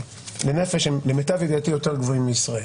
לנפש למיטב ידיעתי הם יותר גבוהים מישראל.